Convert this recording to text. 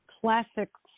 classics